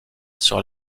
sur